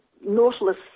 Nautilus